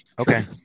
Okay